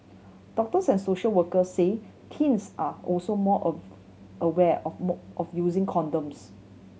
doctors and social workers say teens are also more aware of of using condoms